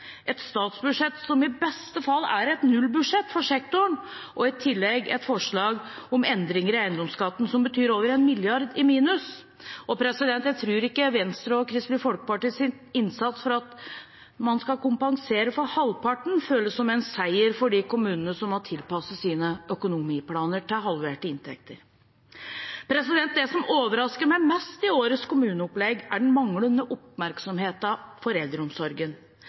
et statsbudsjett som i beste fall er et nullbudsjett for sektoren, og som i tillegg har forslag om endringer i eiendomsskatten som betyr over 1 mrd. kr i minus. Jeg tror ikke Venstre og Kristelig Folkepartis innsats for å kompensere for halvparten føles som en seier for de kommunene som nå må tilpasse sine økonomiplaner til halverte inntekter. Det som overrasker meg mest i årets kommuneopplegg, er den manglende oppmerksomheten rundt eldreomsorgen.